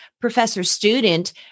professor-student